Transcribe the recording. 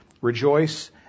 Rejoice